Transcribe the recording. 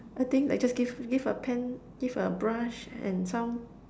I think like just give give a pen give a brush and some